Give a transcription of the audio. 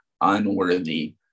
unworthy